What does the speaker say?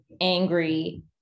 angry